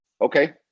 Okay